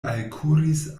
alkuris